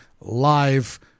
live